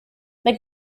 mae